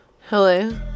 Hello